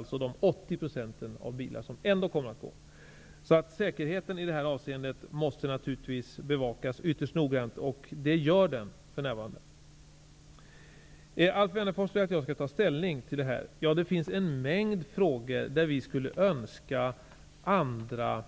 Kvar blir de 80 %av bilarna som ändå skulle gå där. Säkerheten i det här avseendet måste naturligtvis bevakas ytterst noggrant, och det görs för närvarande. Alf Wennerfors vill att jag skall ta ställning till detta. Det finns en mängd frågor där vi skulle önska andra